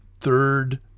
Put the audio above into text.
third